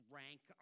rank